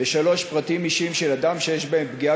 ; 3. פרטים אישיים של אדם שיש בהם פגיעה